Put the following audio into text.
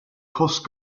coast